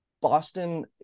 Boston